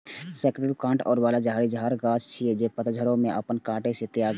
softwood कांट बला झाड़ीदार गाछ छियै, जे पतझड़ो मे अपन कांट नै त्यागै छै